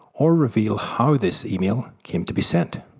or reveal how this email came to be sent.